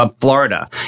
Florida